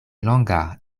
longa